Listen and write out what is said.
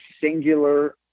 singular